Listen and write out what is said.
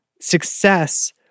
success